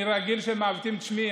אני רגיל שמעוותים את שמי,